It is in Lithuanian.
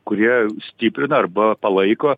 kurie stiprina arba palaiko